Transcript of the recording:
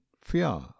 fear